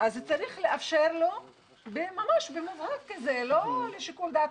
אז צריך לאפשר לו במובהק, לא לשיקול דעתו,